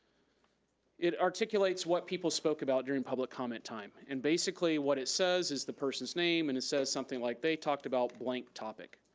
it articulates what people spoke about during public comment time, and basically what it says is the person's name, and it says something like they talked about blank topic,